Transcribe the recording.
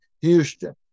Houston